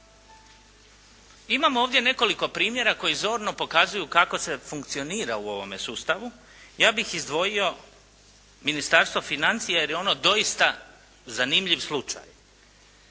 imam ovdje nekoliko primjera koji zorno pokazuju kako se funkcionira u ovome sustavu. Ja bih izdvojio Ministarstvo financija jer je ono doista zanimljiv slučaj.